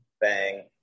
bang